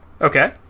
Okay